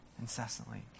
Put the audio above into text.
incessantly